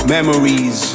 Memories